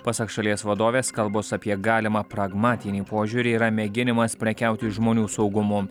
pasak šalies vadovės kalbos apie galimą pragmatinį požiūrį yra mėginimas prekiauti žmonių saugumu